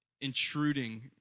intruding